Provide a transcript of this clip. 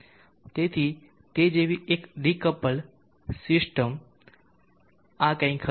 તેથી તે જેવી એક ડીકપલ્ડ સિસ્ટમ આ કંઈક હશે